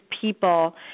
people